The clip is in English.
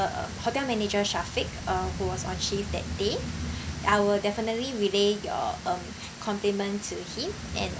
uh hotel manager shaffiq uh who was on shift that day I will definitely relay your um compliment to him and